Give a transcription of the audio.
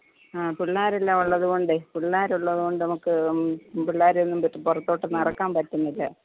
ആ പിള്ളേരെല്ലാം ഉള്ളതുകൊണ്ട് പിള്ളേർ ഉള്ളതുകൊണ്ട് നമുക്ക് പിള്ളേരോന്നും മിറ്റം പുറത്തോട്ട് ഇറക്കാൻ പറ്റുന്നില്ല